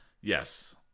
Yes